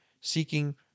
seeking